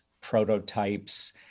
prototypes